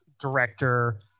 director